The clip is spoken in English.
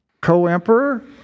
co-emperor